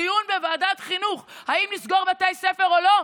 דיון בוועדת חינוך אם לסגור בתי ספר או לא,